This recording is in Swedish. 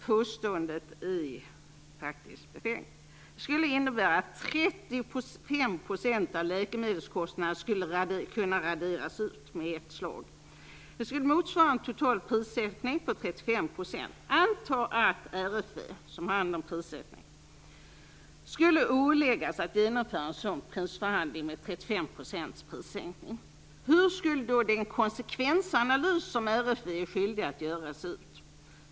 Påståendet är faktiskt befängt. Det skulle innebära att 35 % av läkemedelskostnaderna skulle kunna raderas ut i ett slag. Det skulle motsvara en total prissänkning på 35 % prissänkning. Hur skulle den konsekvensanalys som RFV är skyldig att göra se ut?